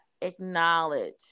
acknowledge